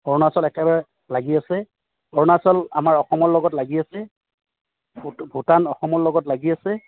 অৰুণাচল একেবাৰে লাগি আছে অৰুণাচল আমাৰ অসমৰ লগত লাগি আছে ভূটান অসমৰ লগত লাগি আছে